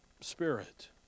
spirit